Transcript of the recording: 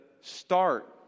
start